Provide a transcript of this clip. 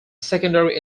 secondary